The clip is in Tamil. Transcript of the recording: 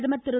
பிரதமர் திரு